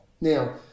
Now